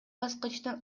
баскычтын